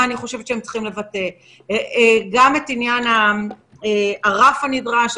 צריך לוודא את עניין הרף הנדרש.